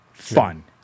Fun